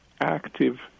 active